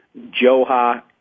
Joha